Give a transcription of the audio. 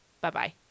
Bye-bye